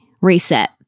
reset